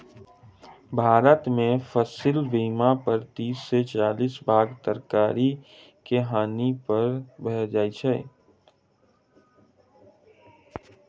भारत में फसिल भेला पर तीस से चालीस भाग तरकारी के हानि भ जाइ छै